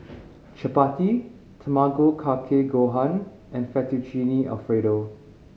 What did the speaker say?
Chapati Tamago Kake Gohan and Fettuccine Alfredo